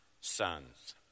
sons